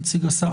נציג השר,